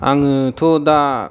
आङो थ' दा